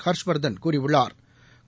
ஹா்ஷ்வா்தன் கூறியுள்ளாா்